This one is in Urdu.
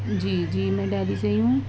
جی جی میں دہلی سے ہی ہوں